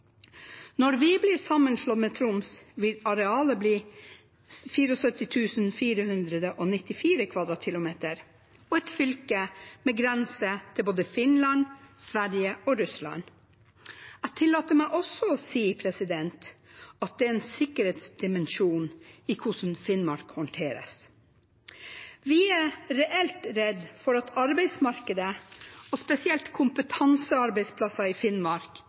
Når vi blir sammenslått med Troms, vil arealet bli 74 494 km 2 og et fylke med grense til både Finland, Sverige og Russland. Jeg tillater meg også å si at det er en sikkerhetsdimensjon i hvordan Finnmark håndteres. Vi er reelt redde for at arbeidsmarkedet, og spesielt kompetansearbeidsplasser i Finnmark,